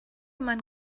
man